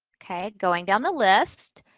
okay, going down the list,